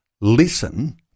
Listen